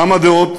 גם הדעות,